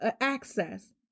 access